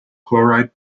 chloride